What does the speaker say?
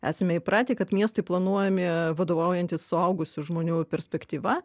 esame įpratę kad miestai planuojami vadovaujantis suaugusių žmonių perspektyva